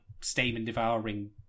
stamen-devouring